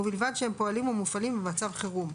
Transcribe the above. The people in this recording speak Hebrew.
ובלבד שהם פועלים או מופעלים במצב חירום: